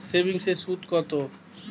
সেভিংসে সুদ কত?